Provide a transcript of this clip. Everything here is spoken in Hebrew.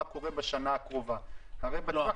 מה קורה בשנה הקרובה -- לא,